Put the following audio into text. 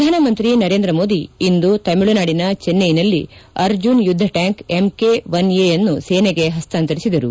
ಪ್ರಧಾನಮಂತ್ರಿ ನರೇಂದ್ರ ಮೋದಿ ಇಂದು ತಮಿಳುನಾಡಿನ ಚೆನ್ನೈನಲ್ಲಿ ಅರ್ಜುನ್ ಯುದ್ದ ಟ್ಯಾಂಕ್ ಎಂಕೆ ಒನ್ ಎ ಅನ್ನು ಸೇನೆಗೆ ಹಸ್ತಾಂತರಿಸಿದರು